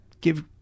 give